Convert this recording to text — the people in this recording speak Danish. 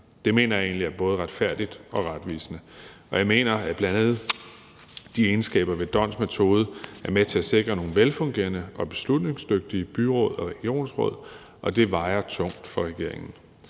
Det mener jeg egentlig er både retfærdigt og retvisende. Og jeg mener, at bl.a. de egenskaber ved d'Hondts metode er med til at sikre nogle velfungerende og beslutningsdygtige byråd og regionsråd, og det vejer tungt for regeringen.